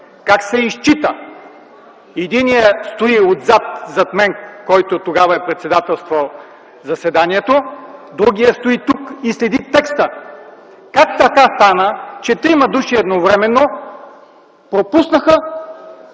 как се изчита. Единият стои отзад, зад мен, който тогава е председателствал заседанието. Другият стои тук и следи текста. Как стана така, че трима души едновременно допуснаха